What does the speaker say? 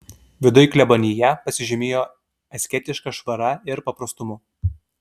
viduj klebonija pasižymėjo asketiška švara ir paprastumu